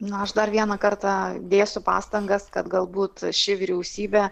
na aš dar vieną kartą dėsiu pastangas kad galbūt ši vyriausybė